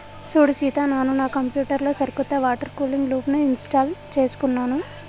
సూడు సీత నాను నా కంప్యూటర్ లో సరికొత్త వాటర్ కూలింగ్ లూప్ని ఇంస్టాల్ చేసుకున్నాను